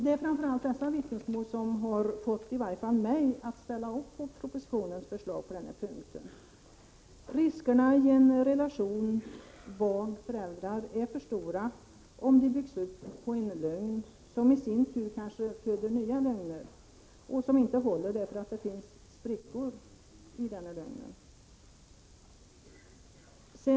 Det är framför allt dessa vittnesmål som har fått i varje fall mig att ställa upp bakom propositionens förslag på denna punkt. Riskerna i relationen barn-föräldrar är för stora, om denna byggs upp på en lögn, som i sin tur kanske föder nya lögner och som inte håller därför att det finns sprickor i lögnerna.